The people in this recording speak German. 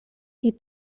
die